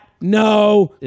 no